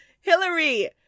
Hillary